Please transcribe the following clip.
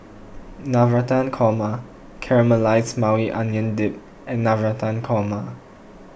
Navratan Korma Caramelized Maui Onion Dip and Navratan Korma